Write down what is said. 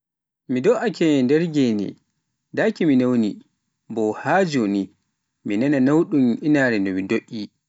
mi do'aake e nde gene, daaki mi nauni, haa joni mi nanaa nauɗun so mi do'ee